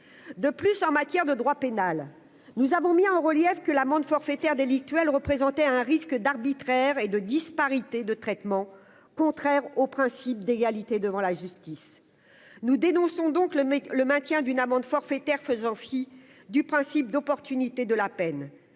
de plus en matière de droit pénal, nous avons mis en relief que l'amende forfaitaire délictuelle représenter un risque d'arbitraire et de disparités de traitement, contraire au principe d'égalité devant la justice, nous dénonçons donc le mec le maintien d'une amende forfaitaire, faisant fi du principe d'opportunité de la peine